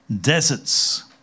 deserts